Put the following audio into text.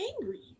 angry